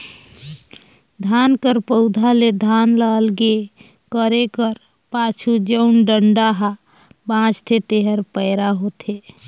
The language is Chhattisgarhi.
धान कर पउधा ले धान ल अलगे करे कर पाछू जउन डंठा हा बांचथे तेहर पैरा होथे